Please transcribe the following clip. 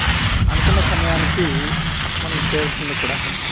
అనుకున్న సమయానికి మనకు చేరుతుంది కూడా